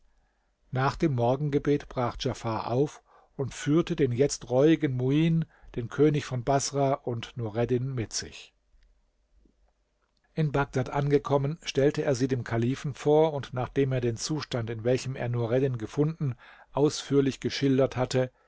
nach dem morgengebet brach djafar auf und führte den jetzt reuigen muin den könig von baßrah und nureddin mit sich in bagdad angekommen stellte er sie dem kalifen vor und nachdem er den zustand in welchem er nureddin gefunden ausführlich geschildert hatte